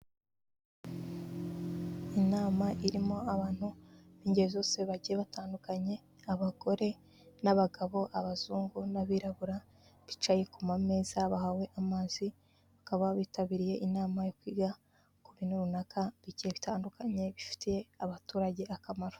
Inama irimo abantu b'ingeri zose bagiye batandukanye, abagore n'abagabo, abazungu n'abirabura, bicaye ku mameza bahawe amazi, bakaba bitabiriye inama yo kwiga ku bintu runaka bigiye bitandukanye, bifitiye abaturage akamaro.